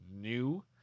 new